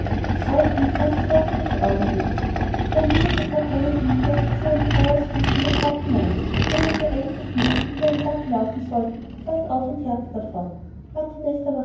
alles dies war das werk eines augenblicks der liebende dragoner hinkte auf seinen freiersfüßen dem rappen nach murmelte einige flüche die wie ein dank lauten sollten saß auf und jagte davon